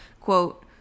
Quote